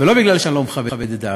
ולא בגלל שאני לא מכבד את דעתך,